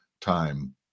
time